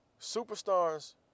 Superstars